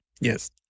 Yes